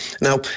now